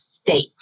state